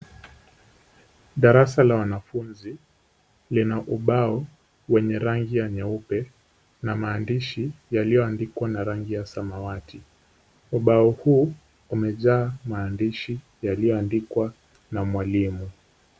Darasa la wanafunzi lina ubao wenye rangi ya nyeupe na maandishi yaliyoandikwa na rangi ya samawati. Ubao huu umejaa maandishi yaliyoandikwa na mwalimu.